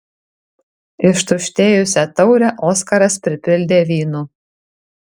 ištuštėjusią taurę oskaras pripildė vynu